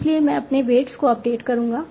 इसलिए मैं अपने वेट्स को अपडेट करूंगा